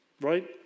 right